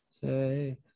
say